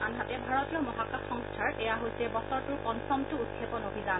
আনহাতে ভাৰতীয় মহাকাশ সংস্থাৰ এয়া হৈছে বছৰটোৰ পঞ্চমটো উৎক্ষেপণ অভিযান